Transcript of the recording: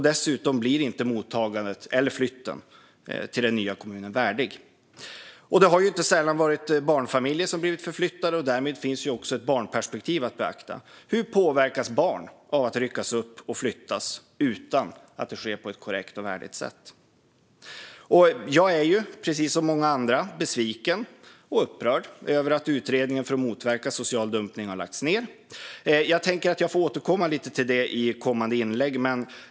Dessutom blir det inte ett värdigt mottagande i eller en värdig flytt till den nya kommunen. Det har inte sällan varit barnfamiljer som blivit förflyttade. Därmed finns också ett barnperspektiv att beakta. Hur påverkas barn av att ryckas upp och flyttas utan att det sker på ett korrekt och värdigt sätt? Jag är, precis som många andra, besviken och upprörd över att utredningen om att motverka social dumpning har lagts ned. Jag får återkomma till det i kommande inlägg.